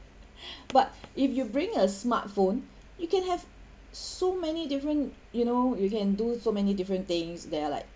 but if you bring a smartphone you can have so many different you know you can do so many different things that are like